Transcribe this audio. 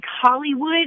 Hollywood